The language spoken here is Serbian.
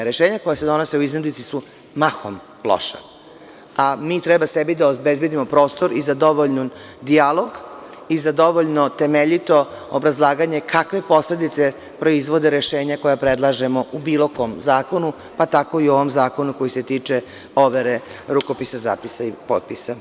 Rešenja koja se donose u iznudici su mahom loša, a mi treba sebi da obezbedimo prostor i za dovoljan dijalog, za dovoljno temeljito obrazlaganje, kakve posledice proizvode rešenja koja predlažemo u bilo kom zakonu, pa tako i u ovom zakonu koji se tiče overe rukopisa, zapisa i potpisa.